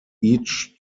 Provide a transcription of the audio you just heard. each